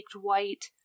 white